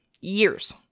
Years